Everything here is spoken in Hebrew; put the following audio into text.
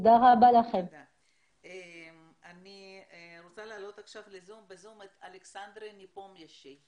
אני רוצה להעלות ב-זום את אלכסנדר ניפומניאשצ'י.